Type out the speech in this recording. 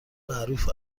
معروف